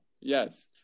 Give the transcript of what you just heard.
yes